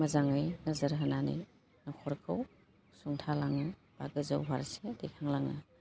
मोजाङै नोजोर होनानै नखरखौ सुंथालाङो बा गोजौ फारसे दिखांलाङो